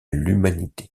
l’humanité